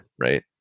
right